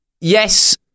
yes